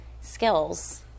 skills